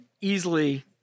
easily